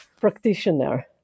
practitioner